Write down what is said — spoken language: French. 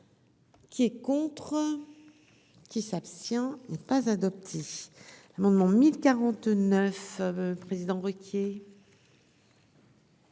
Qui est contre. Qui s'abstient ne pas adopter l'amendement 1049 président Ruquier.